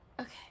Okay